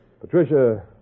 Patricia